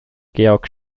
georg